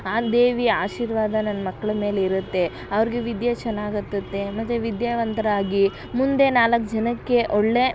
ಆ ದೇವಿ ಆಶೀರ್ವಾದ ನನ್ನ ಮಕ್ಳ ಮೇಲೆ ಇರುತ್ತೆ ಅವ್ರಿಗೆ ವಿದ್ಯೆ ಚೆನ್ನಾಗಿ ಹತ್ತುತ್ತೆ ಮತ್ತು ವಿದ್ಯಾವಂತರಾಗಿ ಮುಂದೆ ನಾಲ್ಕು ಜನಕ್ಕೆ ಒಳ್ಳೆಯ